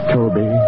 Toby